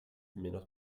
menos